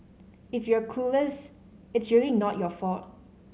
if you're clueless it's really not your fault